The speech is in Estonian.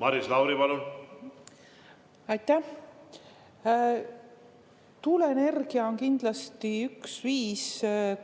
helistab kella.) Aitäh! Tuuleenergia on kindlasti üks viis,